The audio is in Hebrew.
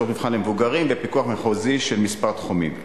שירות המבחן למבוגרים ופיקוח מחוזי של כמה תחומים.